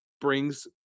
brings